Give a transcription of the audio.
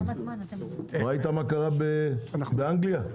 ראית מה קרה באנגליה?